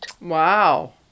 Wow